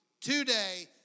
today